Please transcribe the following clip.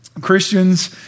Christians